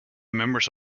members